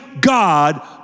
God